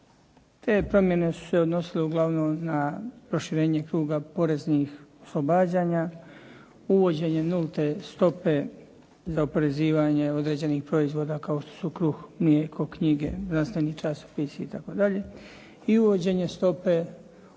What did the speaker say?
Te promjene su se odnosile uglavnom na proširenje kruga poreznih oslobađanja, uvođenje nulte stope za oporezivanje određenih proizvoda kao što su kruh, mlijeko, knjige, znanstveni časopisi itd. i uvođenje stope